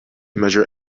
measure